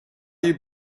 you